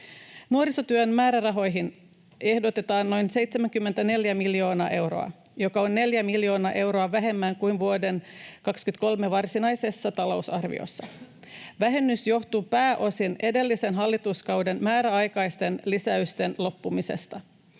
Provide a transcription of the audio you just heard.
Nuorisotyön määrärahoihin ehdotetaan noin 74 miljoonaa euroa, mikä on 4 miljoonaa euroa vähemmän kuin vuoden 23 varsinaisessa talousarviossa. Vähennys johtuu pääosin edellisen hallituskauden määräaikaisten lisäysten loppumisesta.